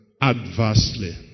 adversely